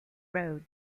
road